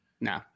No